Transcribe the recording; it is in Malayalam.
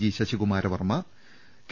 G Sasikumara Varma K